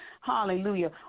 Hallelujah